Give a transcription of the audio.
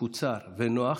מקוצר ונוח,